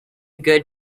good